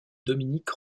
dominique